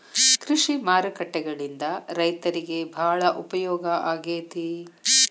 ಕೃಷಿ ಮಾರುಕಟ್ಟೆಗಳಿಂದ ರೈತರಿಗೆ ಬಾಳ ಉಪಯೋಗ ಆಗೆತಿ